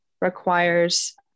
requires